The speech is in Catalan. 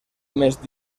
més